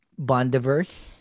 Bondiverse